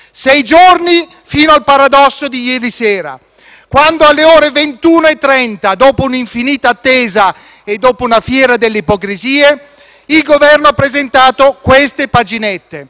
Sei giorni fino al paradosso di ieri sera, quando, alle ore 21,30, dopo un'infinita attesa e dopo una fiera delle ipocrisie, il Governo ha presentato queste paginette